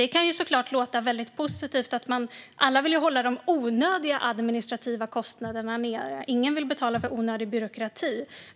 Det kan ju såklart låta väldigt positivt - alla vill ju hålla de onödiga administrativa kostnaderna nere. Ingen vill betala för onödig byråkrati.